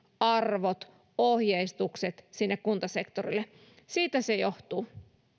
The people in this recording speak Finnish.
arvot ohjeistukset sinne kuntasektorille siitä se johtuu